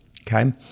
okay